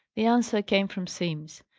the answer came from simms.